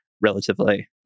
relatively